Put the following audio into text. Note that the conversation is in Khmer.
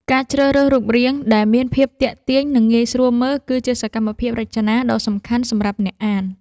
ការជ្រើសរើសរូបរាង ដែលមានភាពទាក់ទាញ និងងាយស្រួលមើល គឺជាសកម្មភាពរចនាដ៏សំខាន់សម្រាប់អ្នកអាន។